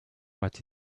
what